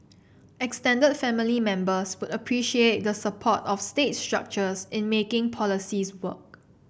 extended family members would appreciate the support of state structures in making policies work